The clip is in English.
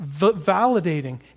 Validating